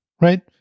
right